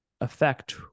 affect